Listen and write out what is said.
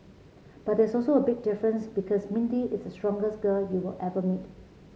but there's also a big difference because Mindy is strongest girl you will ever meet